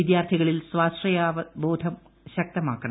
വിദ്യാർത്ഥികളിൽ സ്വാശ്രായബോധം ശക്തമാക്കണം